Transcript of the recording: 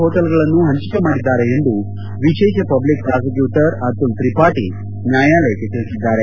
ಹೊಟೇಲ್ಗಳನ್ನು ಹಂಚಿಕೆ ಮಾಡಿದ್ದಾರೆ ಎಂದು ವಿಶೇಷ ಪಬ್ಲಿಕ್ ಪ್ರಾಸಿಕ್ಊಟರ್ ಅತುಲ್ ತ್ರಿಪಾಟಿ ನ್ಲಾಯಾಲಯಕ್ಕೆ ತಿಳಿಸಿದ್ದಾರೆ